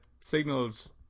signals